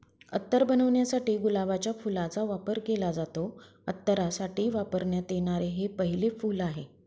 अत्तर बनवण्यासाठी गुलाबाच्या फुलाचा वापर केला जातो, अत्तरासाठी वापरण्यात येणारे हे पहिले फूल आहे